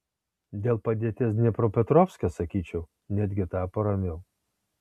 dėl padėties dniepropetrovske sakyčiau netgi tapo ramiau